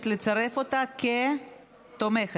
אין נמנעים.